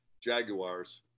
Jaguars